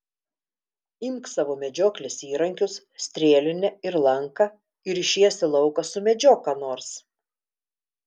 imk savo medžioklės įrankius strėlinę ir lanką ir išėjęs į lauką sumedžiok ką nors